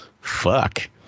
fuck